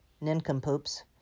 nincompoops